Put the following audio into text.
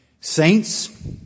Saints